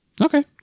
Okay